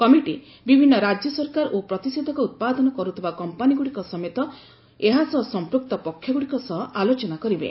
committee ବିଭିନ୍ନ ରାଜ୍ୟ ସରକାର ଓ ପ୍ରତିଷେଧକ ଉତ୍ପାଦନ କରୁଥିବା କମ୍ପାନିଗୁଡ଼ିକ ସମେତ ଏହା ସହ ସଂପୃକ୍ତ ପକ୍ଷଗୁଡ଼ିକ ସହ ଆଲୋଚନା କରିବେ